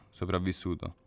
sopravvissuto